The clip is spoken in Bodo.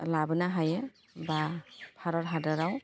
लाबोनो हायो बा भारत हादराव